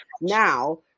now